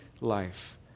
life